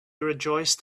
rejoiced